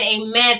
amen